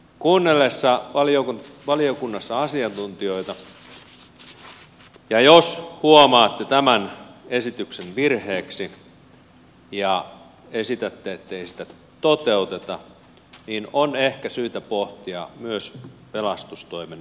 mutta kuunnellessanne valiokunnassa asiantuntijoita ja jos huomaatte tämän esityksen virheeksi ja esitätte ettei sitä toteuteta on ehkä syytä pohtia myös pelastustoimen